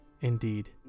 indeed